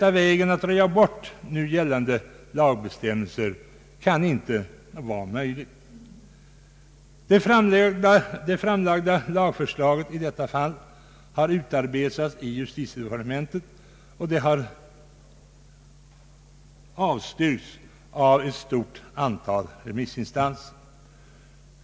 Att röja bort nu gällande lagstämmelser kan inte vara den rätta vägen. Det framlagda lagförslaget i detta fall har utarbetats i justitiedepartementet, och det har avstyrkts av ett stort antal remissinstanser.